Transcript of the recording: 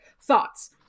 Thoughts